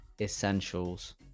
essentials